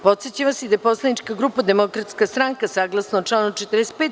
Podsećam vas i da je poslanička grupa Demokratska stranka, saglasno članu 45.